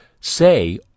Say